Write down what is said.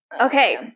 Okay